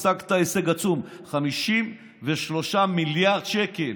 השגת הישג עצום: 53 מיליארד שקל